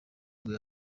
nibwo